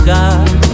God